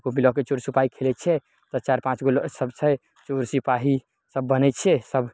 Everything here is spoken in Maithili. कॉपी लअके चोर सिपाही खेलय छियै तऽ चारि पाँच गो लअ सभ छै चोर सिपाही सभ बनय छियै सभ